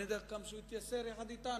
אני יודע כמה הוא התייסר יחד אתנו.